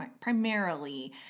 primarily